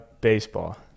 baseball